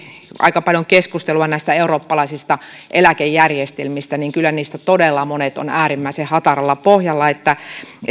aika paljon keskustelua näistä eurooppalaisista eläkejärjestelmistä niin kyllä niistä todella monet ovat äärimmäisen hataralla pohjalla